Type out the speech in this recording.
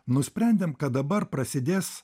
nusprendėm kad dabar prasidės